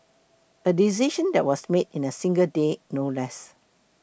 a decision that was made in a single day no less